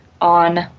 on